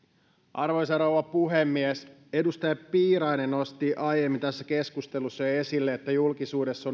arvoisa rouva puhemies edustaja piirainen nosti aiemmin tässä keskustelussa jo esille että julkisuudessa